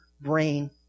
brain